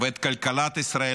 ואת כלכלת ישראל.